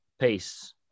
peace